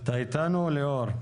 שמעת את הדיון,